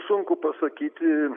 sunku pasakyti